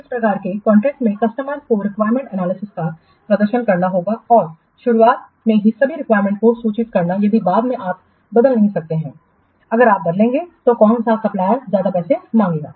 इस प्रकार के कॉन्ट्रैक्ट में कस्टमर को रिक्वायरमेंट एनालिसिस का प्रदर्शन करना होता है और शुरुआत में सभी रिक्वायरमेंट्स को सूचित करना चाहिए बाद में आप बदल नहीं सकते हैं अगर आप बदलेंगे तो कौन सा सप्लायर ज्यादा पैसा मांगेगा